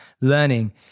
learning